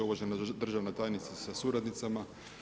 Uvažena državna tajnice sa suradnicama.